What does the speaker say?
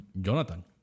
Jonathan